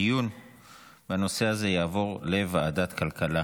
הדיון בנושא הזה יעבור לוועדת הכלכלה.